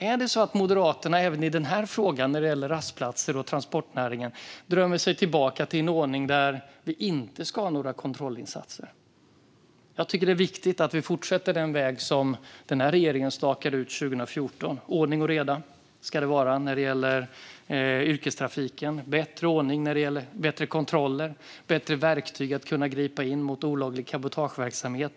Är det så att Moderaterna även i denna fråga när det gäller rastplatser och transportnäringen drömmer sig tillbaka till en ordning där vi inte ska ha några kontrollinsatser? Jag tycker att det är viktigt att vi fortsätter på den väg som denna regering stakade ut 2014. Det ska vara ordning och reda när det gäller yrkestrafiken. Det ska vara bättre kontroller och bättre verktyg för att kunna gripa in mot olaglig cabotageverksamhet.